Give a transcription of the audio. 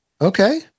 Okay